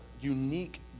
unique